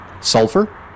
sulfur